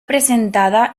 presentada